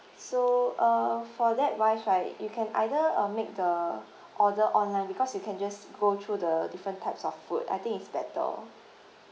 so uh for that wise right y~ you can either uh make the order online because you can just go through the different types of food I think it's better